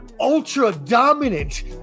ultra-dominant